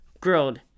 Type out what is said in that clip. grilled